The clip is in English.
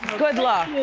good luck.